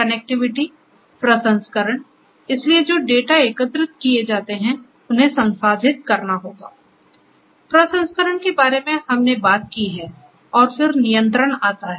connectivity प्रसंस्करण इसलिए जो डेटा एकत्र किए जाते हैं उन्हें संसाधित करना होगा प्रसंस्करण के बारे में हमने बात की है और फिर नियंत्रण आता है